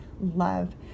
love